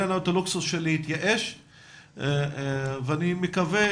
אין לנו את הלוקסוס של להתייאש ואני מקווה